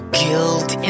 guilt